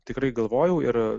tikrai galvojau ir